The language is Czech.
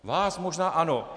Vás možná ano.